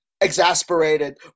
exasperated